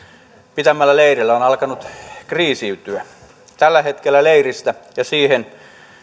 pitämällä leirillä on alkanut kriisiytyä tällä hetkellä leiristä ja siihen